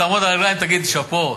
תעמוד על הרגליים ותגיד "שאפּו",